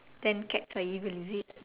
then cats are evil is it